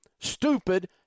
stupid